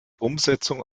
umsetzung